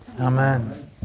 Amen